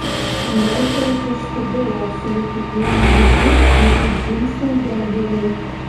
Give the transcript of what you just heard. meisteris išskubėjo sulig kiekvienu žingsniu tyliai dzingsint grandinei